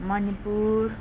Manipur